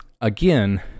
Again